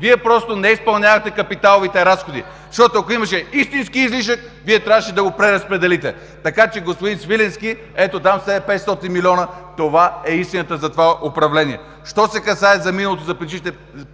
Вие просто не изпълнявате капиталовите разходи. Защото, ако имаше истински излишък, Вие трябваше да го преразпределите. Така че, господин Свиленски, ето там, тези 500 милиона, това е истината за това управление! Що се касае за миналото, за